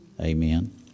Amen